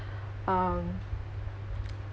um